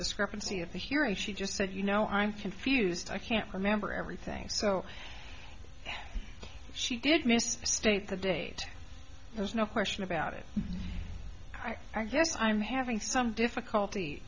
discrepancy of the here and she just said you know i'm confused i can't remember everything so she did miss state the date there's no question about it i guess i'm having some difficulty